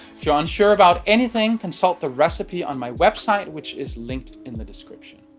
if you're unsure about anything, consult the recipe on my website which is linked in the description.